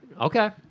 okay